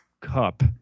cup